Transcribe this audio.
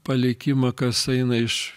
palikimą kas eina iš